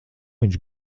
viņš